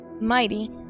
mighty